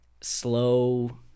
slow